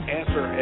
answer